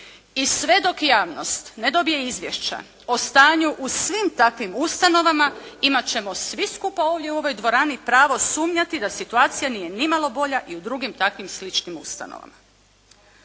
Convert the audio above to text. I sve dok javnost ne dobije izvješća o stanju u svim takvim ustanovama imat ćemo svi skupa ovdje u ovoj dvorani pravo sumnjati da situacija nije nimalo bolja i u drugim takvim sličnim ustanovama.